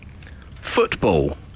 Football